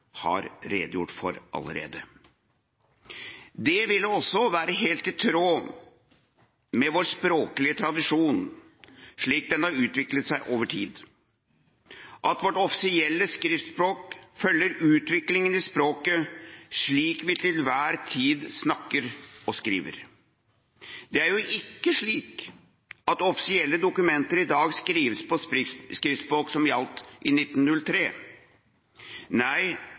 har redegjort for allerede. Det ville også være helt i tråd med vår språklige tradisjon, slik den har utviklet seg over tid, at vårt offisielle skriftspråk følger utviklingen i språket, slik vi til enhver tid snakker og skriver. Det er jo ikke slik at offisielle dokumenter i dag skrives på det skriftspråket som gjaldt i